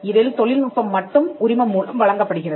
இதில் தொழில்நுட்பம் மட்டும் உரிமம் மூலம் வழங்கப்படுகிறது